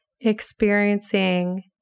experiencing